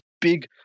big